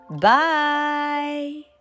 Bye